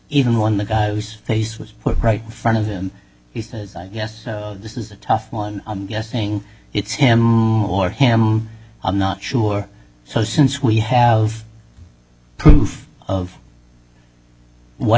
even one the guy whose face was put right in front of him he said yes this is a tough one i'm guessing it's him or him i'm not sure so since we have proof of what